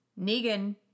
Negan